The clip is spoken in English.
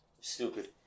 stupid